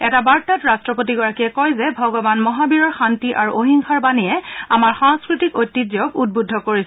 এটা বাৰ্তাত ৰাট্টপতিগৰাকীয়ে কয় যে ভগৱান মহাবীৰৰ শান্তি আৰু অহিংসাৰ বাণীয়ে আমাৰ সাংস্কৃতিক ঐতিহ্যক উদ্বুদ্ধ কৰিছে